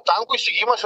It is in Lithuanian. tankų įsigijimas